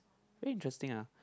very interesting ah